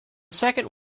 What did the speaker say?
second